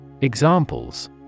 Examples